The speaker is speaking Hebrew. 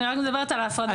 אני רק מדברת על ההפרדות.